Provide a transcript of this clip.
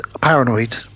paranoid